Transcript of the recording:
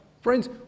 friends